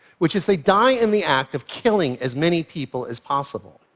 which is they die in the act of killing as many people as possible.